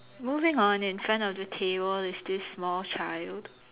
moving on in front of the table is this small child